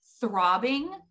throbbing